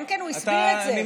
כן, כן, הוא הסביר את זה.